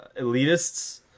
elitists